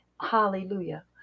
hallelujah